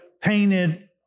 painted